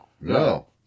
no